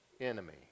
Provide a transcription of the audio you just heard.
enemy